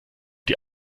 die